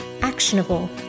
actionable